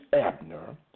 Abner